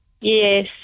Yes